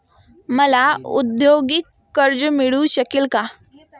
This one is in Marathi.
मला औद्योगिक कर्ज मिळू शकेल का?